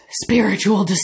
Spiritual